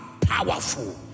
powerful